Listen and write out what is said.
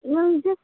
नों जास्ट